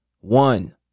One